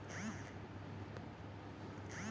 रेशम के कीट के वैज्ञानिक तरीका से पाला जाहई